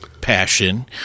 passion